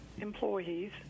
employees